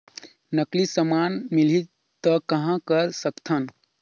नकली समान मिलही त कहां कर सकथन?